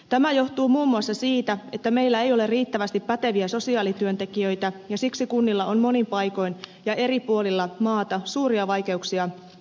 tämä johtuu muun muassa siitä että meillä ei ole riittävästi päteviä sosiaalityöntekijöitä ja siksi kunnilla on monin paikoin ja eri puolilla maata suuria vaikeuksia rekrytoinnissa